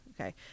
okay